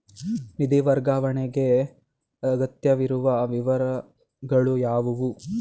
ನಿಧಿ ವರ್ಗಾವಣೆಗೆ ಅಗತ್ಯವಿರುವ ವಿವರಗಳು ಯಾವುವು?